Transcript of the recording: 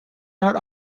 not